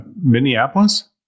Minneapolis